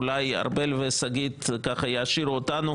אולי ארבל ושגית יעשירו אותנו,